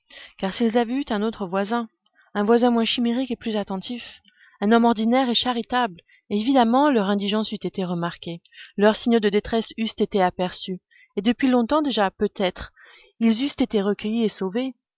car s'ils avaient eu un autre voisin un voisin moins chimérique et plus attentif un homme ordinaire et charitable évidemment leur indigence eût été remarquée leurs signaux de détresse eussent été aperçus et depuis longtemps déjà peut-être ils eussent été recueillis et sauvés